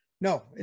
No